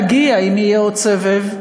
ואיך אפשר להגיע, אם יהיה עוד סבב,